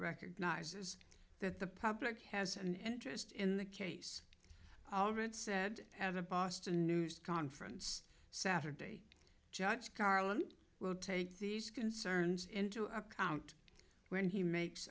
recognizes that the public has an interest in the case however it said at a boston news conference saturday judge garland will take these concerns into account when he makes